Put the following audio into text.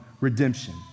redemption